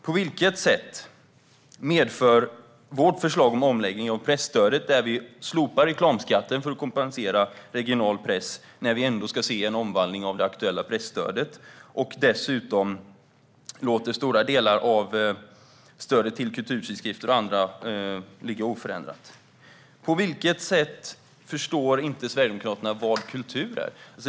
På vilket sätt medför vårt förslag om omläggning av presstödet en avsmalning? Vi slopar reklamskatten för att kompensera regional press när vi ändå ska se en omvandling av det aktuella presstödet och låter dessutom stora delar av stödet till kulturtidskrifter och andra ligga oförändrat. På vilket sätt förstår inte Sverigedemokraterna vad kultur är?